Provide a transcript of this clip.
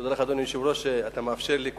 תודה לך, אדוני היושב-ראש, שאתה מאפשר לי.